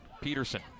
Peterson